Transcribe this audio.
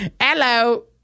hello